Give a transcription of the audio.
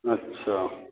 আচ্ছা